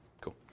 Cool